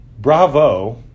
bravo